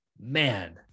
man